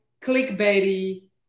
clickbaity